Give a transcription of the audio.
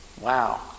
Wow